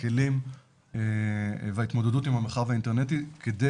הכלים וההתמודדות עם המרחב האינטרנטי כדי